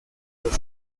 los